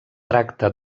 tracta